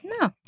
No